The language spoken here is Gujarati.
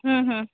હં હ